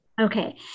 okay